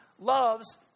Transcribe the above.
loves